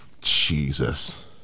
Jesus